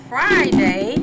Friday